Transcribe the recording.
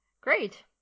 Great